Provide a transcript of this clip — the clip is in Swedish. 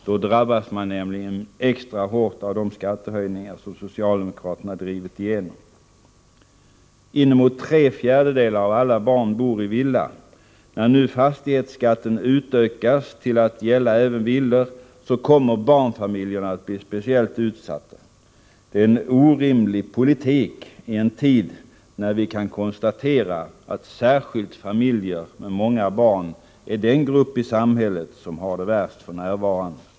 Då drabbas man nämligen extra hårt av de skattehöjningar som socialdemokraterna drivit igenom. Inemot tre fjärdedelar av alla barn bor i villa. När nu fastighetsskatten utökas till att gälla även villor kommer barnfamiljerna att bli speciellt utsatta. Det är en orimlig politik i en tid när vi kan konstatera att särskilt familjer med många barn är den grupp i samhället som har det värst f.n.